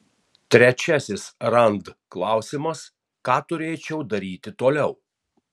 trečiasis rand klausimas ką turėčiau daryti toliau